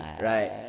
right